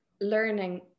learning